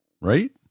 Right